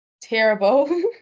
Terrible